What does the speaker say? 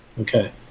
Okay